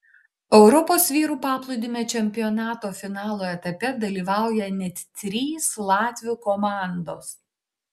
europos vyrų paplūdimio čempionato finalo etape dalyvauja net trys latvių komandos